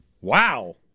Wow